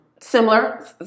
similar